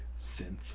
synth